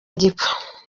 gipfa